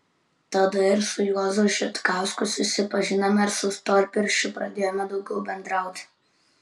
tada ir su juozu žitkausku susipažinome ir su storpirščiu pradėjome daugiau bendrauti